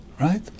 right